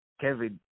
Kevin